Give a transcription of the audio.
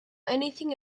anything